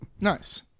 Nice